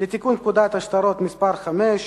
לתיקון פקודת השטרות (מס' 5)